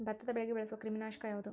ಭತ್ತದ ಬೆಳೆಗೆ ಬಳಸುವ ಕ್ರಿಮಿ ನಾಶಕ ಯಾವುದು?